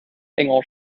enger